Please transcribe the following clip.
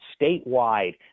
statewide